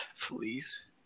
please